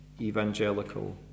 evangelical